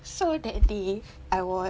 so that day I was